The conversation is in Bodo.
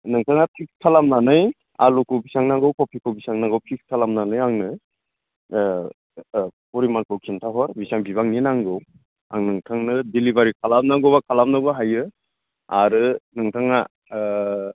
नोंथाङा थिक खालामनानै आलुखौ बेसेबां नांगौ कबिखौ बेसेबां नांगौ फिक्स खालामनानै आंनो फुल एमाउन्टखौ खिन्थाहर बेसेबां बिबांनि नांगौ आं नोंथांनो डिलिभारि खालामनांगौबा खालामनोबो हायो आरो नोंथाङा